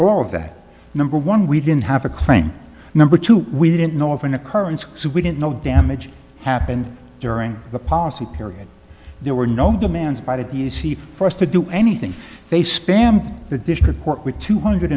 all of that number one we didn't have a claim number two we didn't know of an occurrence so we didn't know damage happened during the policy period there were no demands by the d c for us to do anything they spam the district court with two hundred